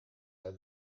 are